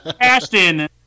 Ashton